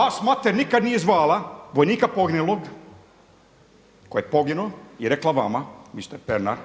Vas mater nikad nije zvali vojnika poginulog koji je poginuo i rekla vama mister Pernar